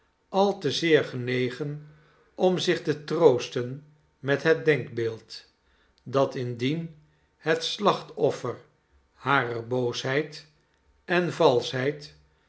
al te zeer genegen om zich te troosten met het denkbeeld dat indien het slachtoffer harer boosheid en valschheid